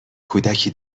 کودکی